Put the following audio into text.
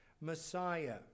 Messiah